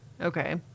Okay